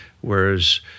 whereas